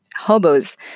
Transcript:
hobos